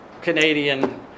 Canadian